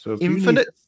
infinite